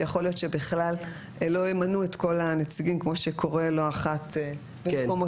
שיכול להיות שבכלל לא ימנו את כל הנציגים כמו שקורה לא אחת במקומותינו,